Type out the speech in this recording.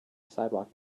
sidewalk